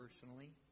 personally